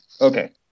Okay